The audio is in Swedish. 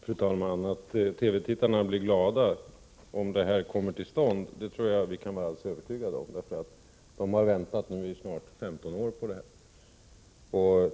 Fru talman! Att TV-tittarna blir glada om de regionala TV-sändningarna kommer till stånd tror jag att vi kan vara alldeles övertygade om. De har nu väntat snart 15 år på sådana sändningar.